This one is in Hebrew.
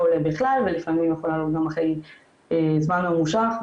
עולה בכלל ולפעמים זה יכול לעלות גם אחרי זמן ממושך,